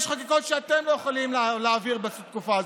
יש חקיקות שאתם לא יכולים להעביר בתקופה הזאת.